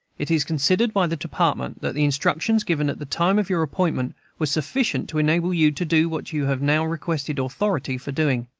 it is considered by the department that the instructions given at the time of your appointment were sufficient to enable you to do what you have now requested authority for doing.